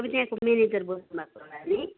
तपाईँ त्यहाँको म्यानेजर बोल्नु भएको होला नि